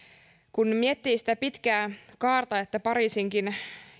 kun miettii sitä pitkää kaarta että pariisinkin